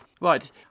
Right